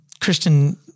Christian